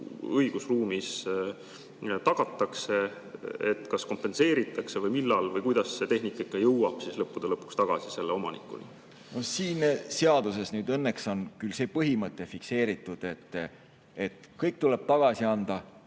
õigusruumis tagatakse? Kas kompenseeritakse? Millal või kuidas see tehnika jõuab lõppude lõpuks tagasi omanikuni? Siin seaduses nüüd õnneks on küll see põhimõte fikseeritud, et kõik tuleb tagasi anda,